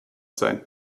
sein